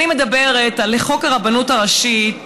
אני מדברת על חוק הרבנות הראשית לישראל.